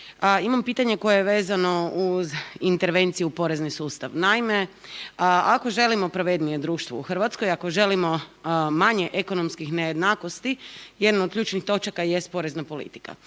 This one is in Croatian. Imam pitanje koje je vezano uz intervenciju u porezni sustav. Naime, ako želimo pravednije društvo u Hrvatskoj, ako želimo manje ekonomskih nejednakosti, jedna od ključnih točaka jest porezna politika.